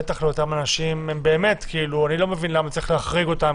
בטח לאותם אנשים אני לא מבין למה צריך להחריג אותם,